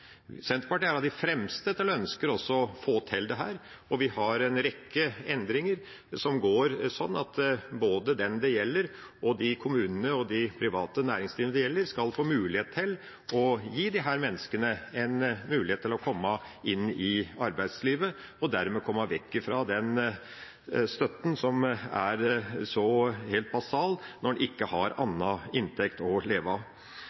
Senterpartiet er av de fremste til å ønske å få til dette, og vi har en rekke endringer som går på at både de kommunene og det private næringslivet det gjelder, skal få gi disse menneskene en mulighet til å komme inn i arbeidslivet, og dermed komme vekk fra den støtten som er så helt basal når en ikke har annen inntekt å leve av.